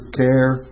care